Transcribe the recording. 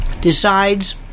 decides